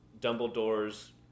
Dumbledore's